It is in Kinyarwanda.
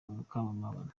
mukamabano